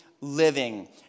living